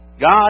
God